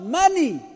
money